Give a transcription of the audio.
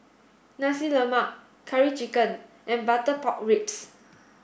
Nasi Lemak curry chicken and butter pork ribs